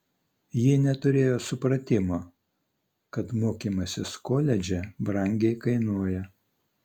ji neturėjo supratimo kad mokymasis koledže brangiai kainuoja